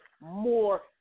more